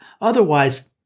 Otherwise